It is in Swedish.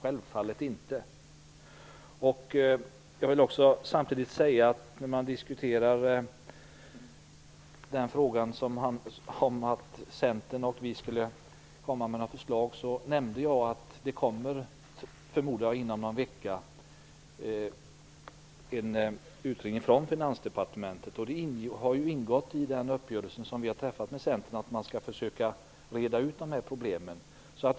Man frågade om Centern och Socialdemokraterna skulle komma med förslag. Jag nämnde att det inom någon vecka, förmodar jag, kommer en utredning från Finansdepartementet. Det har ingått i den uppgörelse som vi har träffat med Centern att vi skall försöka reda ut dessa problem.